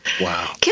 Wow